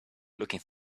looking